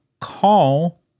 call